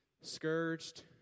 scourged